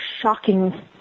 shocking